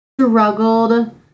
struggled